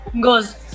Goes